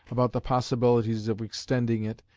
about the possibilities of extending it,